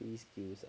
three skills ah